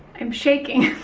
i'm shaking,